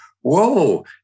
Whoa